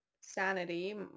sanity